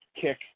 kick